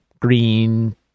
green